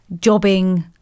jobbing